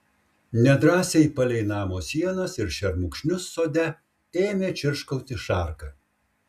nedrąsiai palei namo sienas ir šermukšnius sode ėmė čirškauti šarka